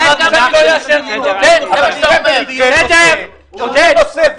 אתה הקמת ממשלה לפני שנה.